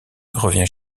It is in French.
revient